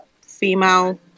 female